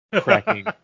cracking